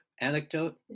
anecdote